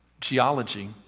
Geology